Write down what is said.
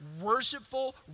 worshipful